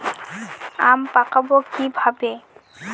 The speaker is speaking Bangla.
আম পাকাবো কিভাবে?